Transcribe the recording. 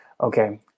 Okay